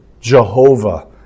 Jehovah